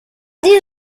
design